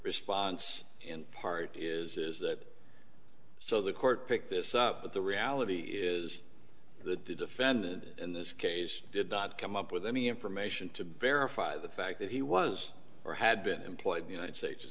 response in part is that so the court picked this up but the reality is that the defendant in this case did not come up with any information to verify the fact that he was or had been employed united